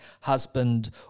husband